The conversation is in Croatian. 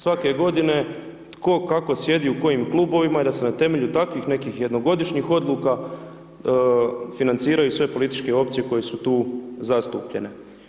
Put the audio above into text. Svake godine, tko, kako sjedi u kojim klubovima i da se na temelju takvih nekih jednogodišnjih odluka financiraju sve političke opcije koje su tu zastupljene.